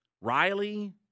Riley